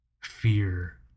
Fear